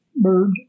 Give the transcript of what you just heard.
Bird